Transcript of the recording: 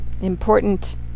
Important